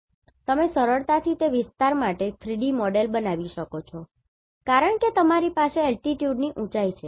તમે સરળતાથી તે વિસ્તાર માટે 3D મોડેલ બનાવી શકો છો કારણ કે તમારી પાસે altitude ની ઉંચાઇ છે